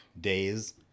days